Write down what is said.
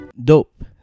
Dope